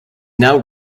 now